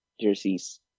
jerseys